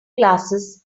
glasses